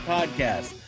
Podcast